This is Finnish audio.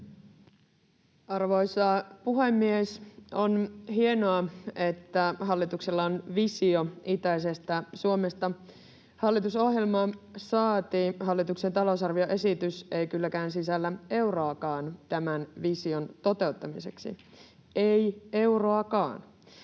Arvoisa puhemies! On hienoa, että hallituksella on visio itäisestä Suomesta. Hallitusohjelma, saati hallituksen talousarvioesitys, ei kylläkään sisällä euroakaan tämän vision toteuttamiseksi — ei euroakaan.